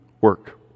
work